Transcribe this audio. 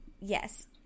yes